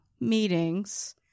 meetings